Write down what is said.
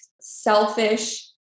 selfish